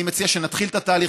אני מציע שנתחיל את התהליך,